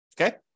Okay